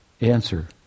answer